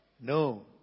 No